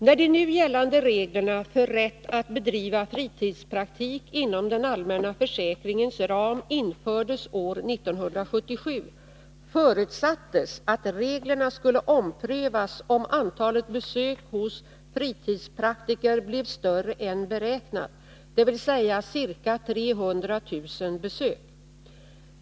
När de nu gällande reglerna för rätt att bedriva fritidspraktik inom den allmänna försäkringens ram infördes år 1977, förutsattes att reglerna skulle omprövas om antalet besök hos fritidspraktiker blev större än beräknat, dvs. ca 300 000 besök.